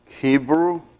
Hebrew